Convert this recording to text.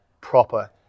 proper